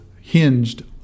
hinged